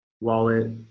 wallet